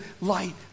light